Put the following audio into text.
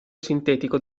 sintetico